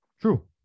True